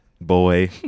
boy